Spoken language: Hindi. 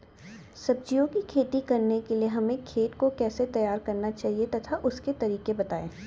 सब्जियों की खेती करने के लिए हमें खेत को कैसे तैयार करना चाहिए तथा उसके तरीके बताएं?